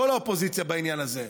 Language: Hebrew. כל האופוזיציה בעניין הזה,